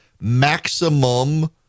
maximum